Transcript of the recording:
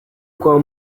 kwa